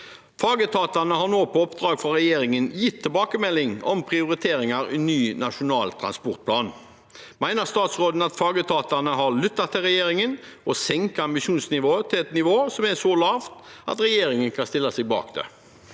Fagetatene har nå på oppdrag fra regjeringen gitt tilbakemelding om prioriteringer i ny nasjonal transportplan. Mener statsråden at fagetatene har lyttet til regjeringen og senket ambisjonsnivået til et nivå som er så lavt at regjeringen kan stille seg bak det?»